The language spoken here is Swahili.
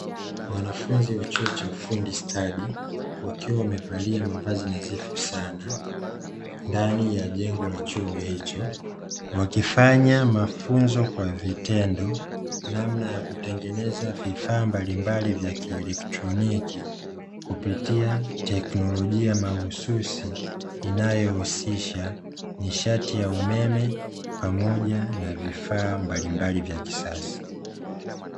Wanafunzi wa chuo cha ufundi stadi wakiwa wamevalia mavazi nadhifu sana ndani ya jengo la chuo hicho, wakifanya mafunzo kwa vitendo namna ya kutengeneza vifaa mbalimbali vya kieletroniki, kupitia teknolojia mahususi inayohusisha nishati ya umeme pamoja na vifaa mbalimbali vya kisasa.